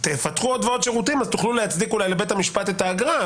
תפתחו עוד ועוד שירותים אז תוכלו אולי להצדיק אולי לבית המשפט את האגרה.